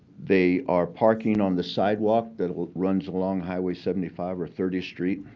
they are parking on the sidewalk that runs along highway seventy five or thirtieth street.